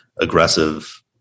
aggressive